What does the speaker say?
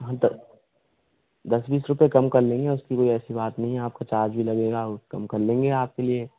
हाँ दस बीस रुपये कम कर लेंगे उसकी ऐसी बात नहीं है आप का चार्ज भी लगेगा कम कर लेंगे आप के लिए